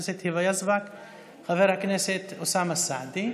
חבר הכנסת יוסף טייב,